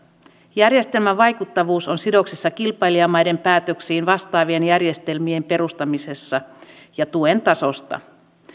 järjestelmän vaikuttavuus on sidoksissa kilpailijamaiden päätöksiin vastaavien järjestelmien perustamisesta ja tuen tasosta